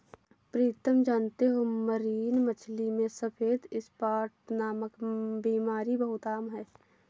प्रीतम जानते हो मरीन मछली में सफेद स्पॉट नामक बीमारी बहुत आम है